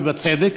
ובצדק,